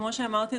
כמו שאמרתי,